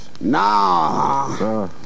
Nah